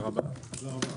הישיבה נעולה.